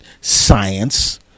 science